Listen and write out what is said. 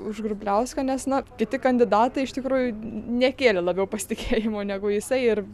už grubliauską nes na kiti kandidatai iš tikrųjų nekėlė labiau pasitikėjimo negu jisai ir